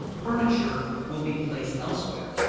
furniture will be placed elsewhere,